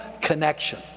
connection